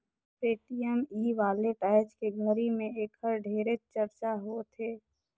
Paytm e wallet आयज के घरी मे ऐखर ढेरे चरचा होवथे